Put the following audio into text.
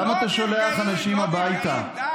למה אתה שולח אנשים הביתה?